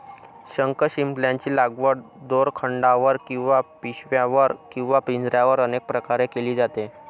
शंखशिंपल्यांची लागवड दोरखंडावर किंवा पिशव्यांवर किंवा पिंजऱ्यांवर अनेक प्रकारे केली जाते